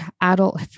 adult